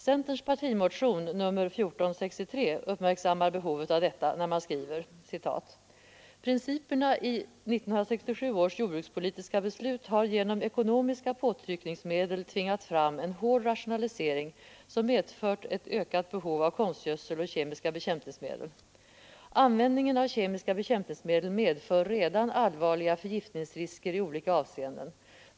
Centerns partimotion nr 1463, som ännu inte behandlats av jordbruksutskottet, uppmärksammar behovet av detta: ”Principerna i 1967 års jordbrukspolitiska beslut har genom ekonomiska påtryckningsmedel tvingat fram en hård rationalisering som medfört ett ökat behov av konstgödsling och kemiska bekämpningsmedel. Användningen av kemiska bekämpningsmedel medför redan allvarliga förgiftningsrisker i olika avseenden.